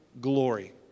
glory